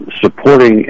supporting